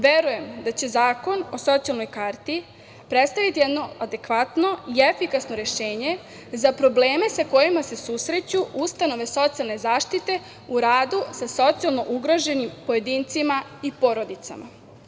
Verujem da će zakon o socijalnoj karti predstavljati jedno adekvatno i efikasno rešenje za probleme sa kojima se susreću ustanove socijalne zaštite u radu sa socijalno ugroženim pojedincima i porodicama.